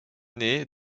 née